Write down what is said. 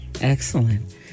Excellent